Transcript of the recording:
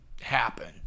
happen